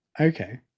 Okay